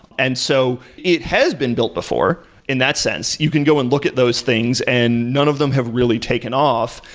and so it has been built before in that sense. you can go and look at those things and none of them have really taken off,